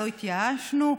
ולא התייאשנו.